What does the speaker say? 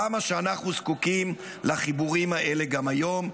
כמה שאנחנו זקוקים לחיבורים האלה גם היום.